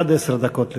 עד עשר דקות לרשותך.